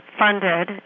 funded